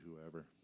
whoever